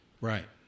Right